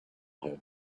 had